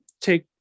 take